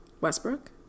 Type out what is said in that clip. Westbrook